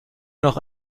noch